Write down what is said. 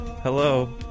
Hello